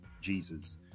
Jesus